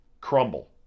crumble